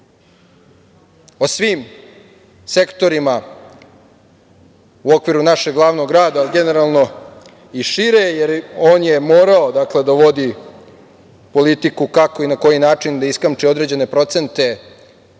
o svim sektorima u okviru našeg glavnog grada, generalno i šire, jer on je morao da vodi politiku kako i na koji način da iskamči određene procente